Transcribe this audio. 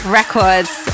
Records